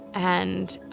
and